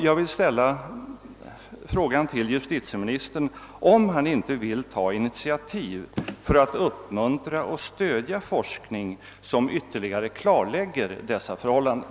Jag vill ställa frågan till justitieministern, om han inte vill ta initiativ för att uppmuntra och stödja forskning, som ytterligare klarlägger dessa förhållanden.